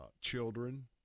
children